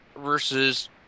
versus